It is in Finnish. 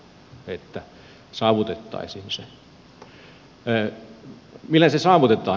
millä se saavutetaan